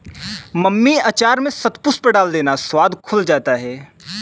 mummy अचार में शतपुष्प डाल देना, स्वाद खुल जाता है